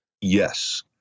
Yes